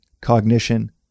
cognition